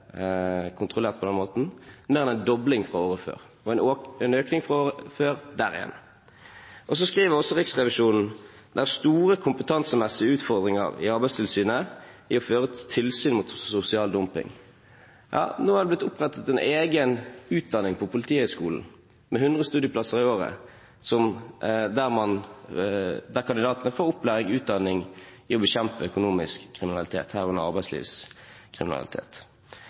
kontrollert på den måten – mer enn en dobling fra året før og en økning fra året før der igjen. Så skriver Riksrevisjonen også at det er «store kompetansemessige utfordringer i Arbeidstilsynet i å føre tilsyn mot sosial dumping». Ja, nå er det blitt opprettet en egen utdanning på Politihøgskolen med 100 studieplasser i året der kandidatene får opplæring i å bekjempe økonomisk kriminalitet, herunder arbeidslivskriminalitet.